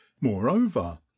moreover